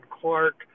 Clark